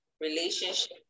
relationship